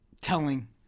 telling